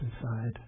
inside